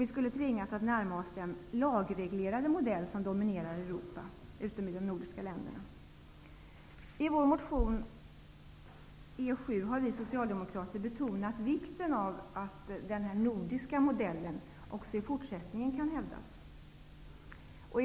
Vi skulle tvingas att närma oss den lagreglerade modell som dominerar i Europa men som inte finns i de nordiska länderna. I vår motion E7 har vi Socialdemokrater betonat vikten av att den nordiska modellen också i fortsättningen kan hävdas.